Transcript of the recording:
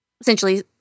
essentially